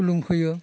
खुलुम फैयो